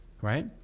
right